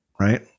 Right